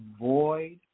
void